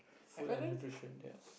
food and nutrition yes